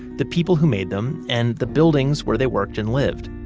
the people who made them, and the buildings where they worked and lived.